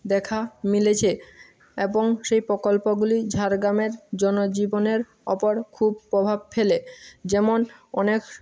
দেখা মিলেছে এবং সেই প্রকল্পগুলি ঝাড়গামের জনজীবনের উপর খুব প্রভাব ফেলে যেমন অনেক